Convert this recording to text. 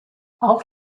auch